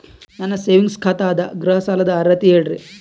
ನನ್ನ ಸೇವಿಂಗ್ಸ್ ಖಾತಾ ಅದ, ಗೃಹ ಸಾಲದ ಅರ್ಹತಿ ಹೇಳರಿ?